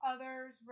Others